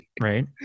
Right